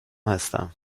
هستم